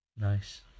Nice